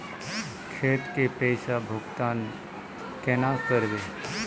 खेत के पैसा भुगतान केना करबे?